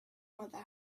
mother